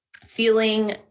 feeling